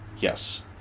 Yes